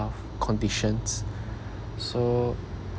conditions so